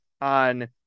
on